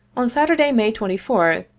on saturday, may twenty fourth,